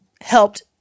helped